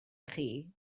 chi